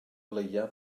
leia